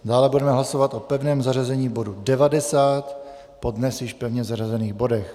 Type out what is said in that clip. Dále budeme hlasovat o pevném zařazení bodu 90 po dnes již pevně zařazených bodech.